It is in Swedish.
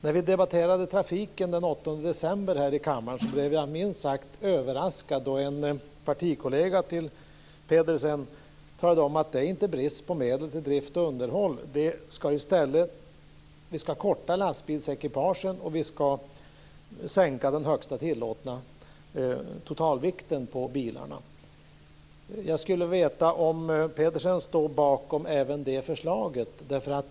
När vi debatterade trafiken den 8 december här i kammaren blev jag minst sagt överraskad då en partikollega till Pedersen talade om att det inte var brist på medel till drift och underhåll, utan att lastbilsekipagen skulle kortas och att den högsta tillåtna totalvikten på lastbilarna skulle sänkas. Jag skulle vilja veta om Pedersen står bakom även detta förslag.